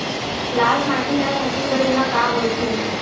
लाल माटी ला छत्तीसगढ़ी मा का बोलथे?